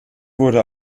wurde